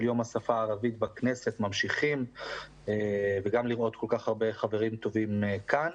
יום השפה הערבית בכנסת ממשיכים וגם לראות כל כך הרבה חברים טובים כאן.